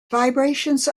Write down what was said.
vibrations